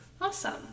Awesome